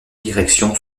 direction